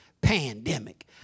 pandemic